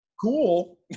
cool